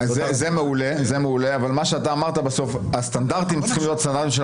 זה מעולה אבל הסטנדרטים צריכים להיות זהים כדי